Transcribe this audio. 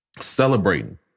Celebrating